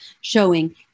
showing